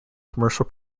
commercial